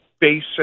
basic